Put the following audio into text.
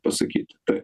pasakyt tai